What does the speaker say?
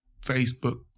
facebook